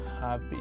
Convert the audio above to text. happy